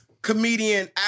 comedian